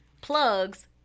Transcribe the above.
plugs